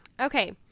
Okay